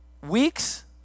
weeks